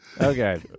okay